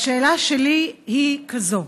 והשאלות שלי הן כאלה: